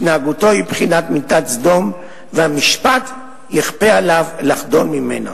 התנהגותו היא בבחינת מידת סדום והמשפט יכפה עליו לחדול ממנה".